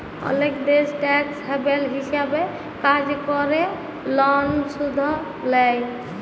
অলেক দ্যাশ tax haven হিছাবে কাজ ক্যরে লন শুধ লেই